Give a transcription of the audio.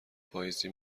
پاییزی